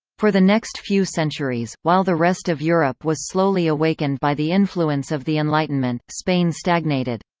for the next few centuries, while the rest of europe was slowly awakened by the influence of the enlightenment, spain stagnated.